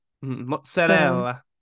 Mozzarella